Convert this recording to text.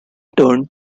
turn